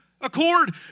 accord